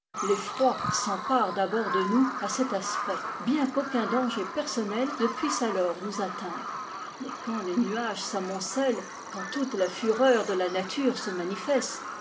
l'effroi s'empare d'abord de nous à cet aspect bien qu'aucun danger personnel ne puisse alors nous atteindre mais quand les nuages s'amoncellent quand toute la fureur de la nature se manifeste